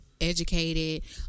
educated